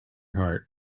heart